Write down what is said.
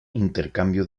intercambio